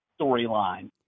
storyline